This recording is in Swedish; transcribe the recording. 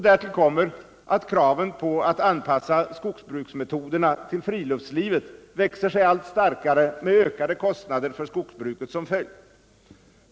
Därtill kommer att kraven på att anpassa skogsbruksmetoderna till friluftslivet växer sig allt starkare med ökade kostnader för skogsbruket som följd.